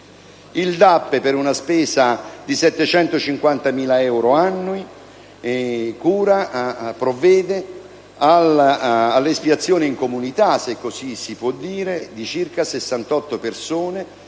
Il DAP, per una spesa di 750.000 euro annui, provvede all'espiazione in comunità - se così si può dire - di circa 68 persone,